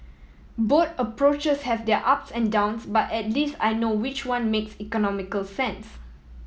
both approaches have their ups and downs but at least I know which one makes economical sense